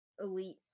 elite